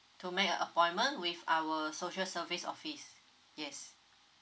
to make a appointment with our social service office yes